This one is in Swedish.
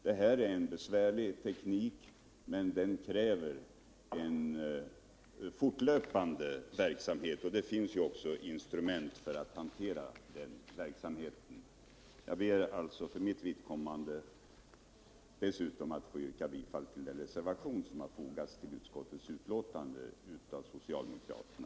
Det här är en besvärlig teknik som kräver fortlöpande verksamhet, men det finns ju instrument för att hantera den.